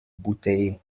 bouteiller